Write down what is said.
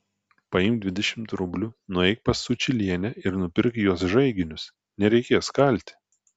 paimk dvidešimt rublių nueik pas sučylienę ir nupirk jos žaiginius nereikės kalti